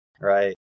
right